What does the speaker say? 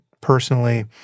personally